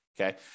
okay